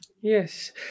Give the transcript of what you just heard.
Yes